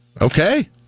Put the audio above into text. Okay